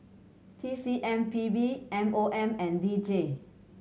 T C M P B M O M and D J